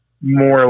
more